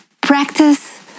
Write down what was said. practice